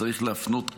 צריך להפנות,